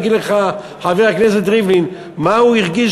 יגיד לך חבר הכנסת ריבלין מה הוא הרגיש